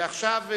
ועכשיו,